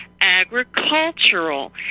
agricultural